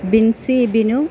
Binsi Binu